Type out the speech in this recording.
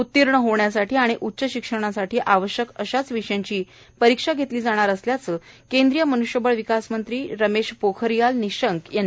उत्तीर्ण होण्यासाठी आणि उच्च शिक्षणासाठी आवश्यक अशाच विषयांची परीक्षा घेतली जाणार असल्याचे केंद्रीय मनृष्यबळ विकास मंत्री रमेश पोखरियाल निशंक यांनी सांगितलं आहे